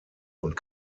und